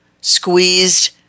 squeezed